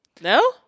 No